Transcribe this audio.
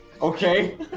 Okay